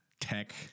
tech